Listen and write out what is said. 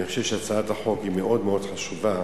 אני חושב שהצעת החוק היא מאוד מאוד חשובה,